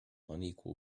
unequal